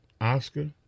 Oscar